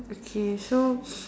okay so